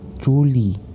truly